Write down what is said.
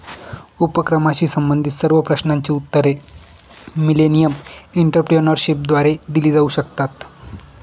उपक्रमाशी संबंधित सर्व प्रश्नांची उत्तरे मिलेनियम एंटरप्रेन्योरशिपद्वारे दिली जाऊ शकतात